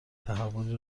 تحولی